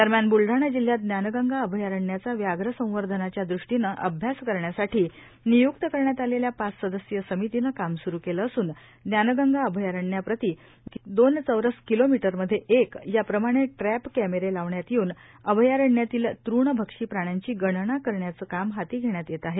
दरम्यान ब्लडाणा जिल्हयात ज्ञानगंगा अभयारण्याचा व्याघ्र संवर्धनाच्या ृष्टीने अभ्यास करण्यासाठी नियुक्त करण्यात आलेल्या पाच सदस्यीय समितीने काम सुरू केलं असून ज्ञानगंगा अभयारण्यात प्रती दोन चौरस किमीमध्ये एक या प्रमाणे ट्रष कमेरे लावण्यात येऊन अभयारण्यातील तृणभक्षी प्राण्यांची गणना करण्याचे काम हाती घेण्यात येत आहे